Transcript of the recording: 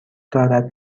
دارد